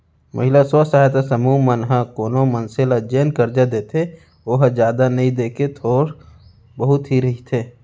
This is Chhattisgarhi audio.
महिला स्व सहायता समूह मन ह कोनो मनसे ल जेन करजा देथे ओहा जादा नइ देके थोक बहुत ही रहिथे